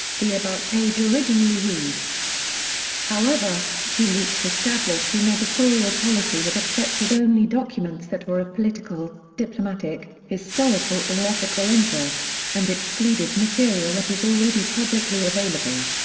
the about page originally read however, wikileaks established an editorial policy that accepted only documents that were of political, diplomatic, historical or ethical interest and excluded material that is already publicly available.